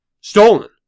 Stolen